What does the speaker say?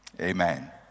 amen